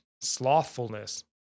slothfulness